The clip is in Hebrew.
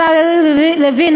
השר יריב לוין,